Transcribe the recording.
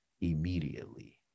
immediately